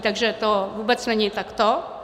Takže to vůbec není takto.